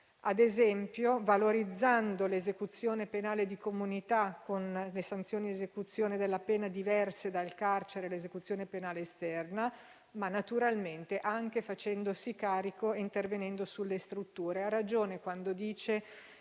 ad esempio valorizzando l'esecuzione penale di comunità, con le sanzioni e l'esecuzione della pena diverse dal carcere, l'esecuzione penale esterna, ma naturalmente anche facendosi carico e intervenendo sulle strutture. Ha ragione, senatrice